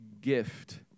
gift